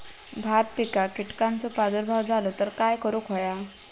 भात पिकांक कीटकांचो प्रादुर्भाव झालो तर काय करूक होया?